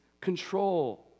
control